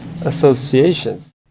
associations